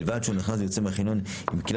בלבד שהוא נכנס ויוצא מהחניון עם כלי